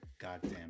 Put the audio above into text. goddamn